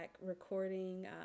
recording